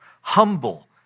humble